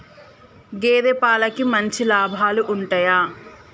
గేదే పాలకి మంచి లాభాలు ఉంటయా?